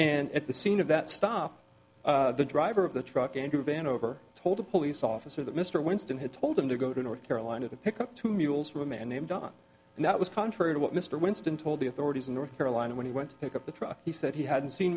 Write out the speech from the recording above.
and at the scene of that stop the driver of the truck and her van over told a police officer that mr winston had told him to go to north carolina to pick up two mules from a man named don and that was contrary to what mr winston told the authorities in north carolina when he went to pick up the truck he said he hadn't seen